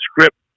script